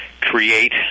create